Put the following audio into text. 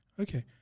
Okay